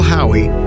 Howie